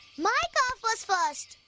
my calf was first!